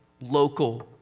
local